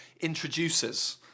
introduces